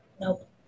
Nope